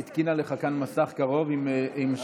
התקינה לך כאן מסך קרוב עם שעון.